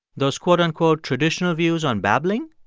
those, quote, unquote, traditional views on babbling.